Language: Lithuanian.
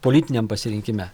politiniam pasirinkime